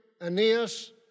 Aeneas